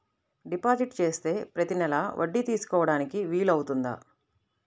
Deposit చేస్తే ప్రతి నెల వడ్డీ తీసుకోవడానికి వీలు అవుతుందా?